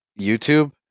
youtube